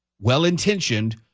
well-intentioned